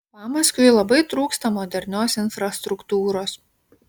pamaskviui labai trūksta modernios infrastruktūros